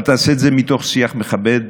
אבל תעשה את זה מתוך שיח מכבד.